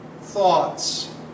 thoughts